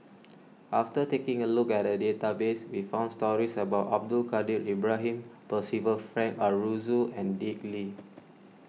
after taking a look at the database we found stories about Abdul Kadir Ibrahim Percival Frank Aroozoo and Dick Lee